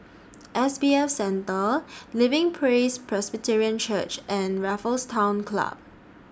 S B F Center Living Praise Presbyterian Church and Raffles Town Club